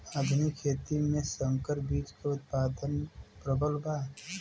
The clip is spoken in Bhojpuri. आधुनिक खेती में संकर बीज क उतपादन प्रबल बा